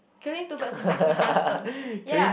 killing two birds in what with one stone ya